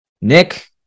Nick